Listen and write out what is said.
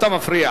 אתה מפריע.